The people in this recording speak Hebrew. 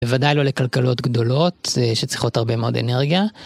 בוודאי לא לכלכלות גדולות שצריכות הרבה מאוד אנרגיה.